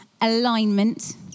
alignment